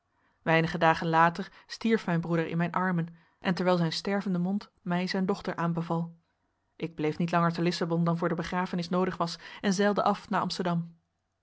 weinige dagen later stierf mijn broeder in mijn armen en terwijl zijn stervende mond mij zijn dochter aanbeval ik bleef niet langer te lissabon dan voor de begrafenis noodig was en zeilde af naar amsterdam